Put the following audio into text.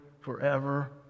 forever